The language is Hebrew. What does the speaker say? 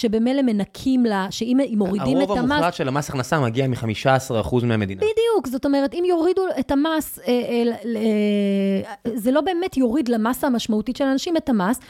שבמלא מנקים לה, שאם הם מורידים את המס... הרוב המוחלט של המס הכנסה מגיע מ15% מהמדינה. בדיוק, זאת אומרת, אם יורידו את המס... זה לא באמת יוריד למסה המשמעותית של האנשים את המס,